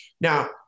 Now